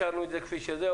השארנו כפי שזה.